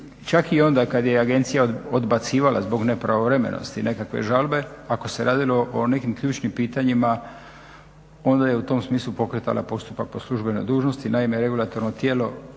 čak i onda kad je agencija odbacivala zbog nepravovremenosti nekakve žalbe, ako se radilo o nekim ključnim pitanjima onda je u tom smislu pokretala postupak po službenoj dužnosti. Naime, regulatorno tijelo